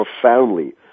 profoundly